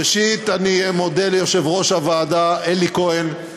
ראשית, אני מודה ליושב-ראש הוועדה אלי כהן,